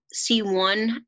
C1